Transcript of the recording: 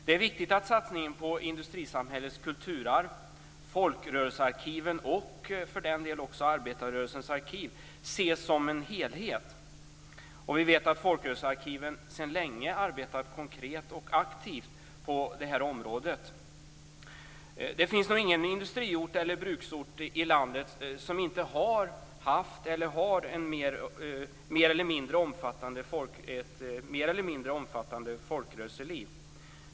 Det är viktigt att satsningen på industrisamhällets kulturarv, folkrörelsearkiven och för den delen också Arbetarrörelsens arkiv ses som en helhet. Vi vet att folkrörelsearkiven sedan länge arbetat konkret och aktivt på detta område. Det finns nog ingen industriort eller bruksort i landet som inte har eller har haft ett mer eller mindre omfattande folkrörelseliv.